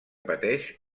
pateix